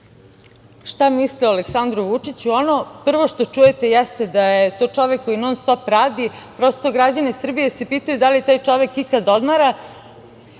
šta misle o Aleksandru Vučiću, ono prvo što čujete, jeste da je to čovek koji non-stop radi. Prosto, građani Srbije se pitaju da li taj čovek ikada odmara.